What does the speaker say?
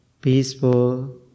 peaceful